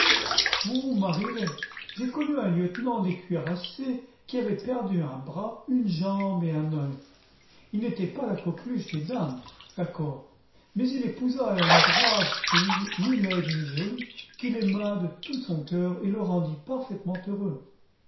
vous vous marierez j'ai connu un lieutenant de cuirassiers qui avait perdu un bras une jambe et un œil il n'était pas la coqueluche des femmes d'accord mais il épousa une brave fille ni laide ni jolie qui l'aima de tout son cœur et le rendit parfaitement heureux